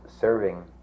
serving